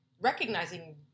recognizing